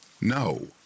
No